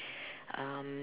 um